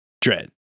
Dread